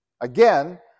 again